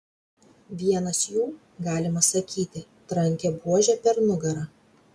vienas jų galima sakyti trankė buože per nugarą